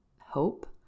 hope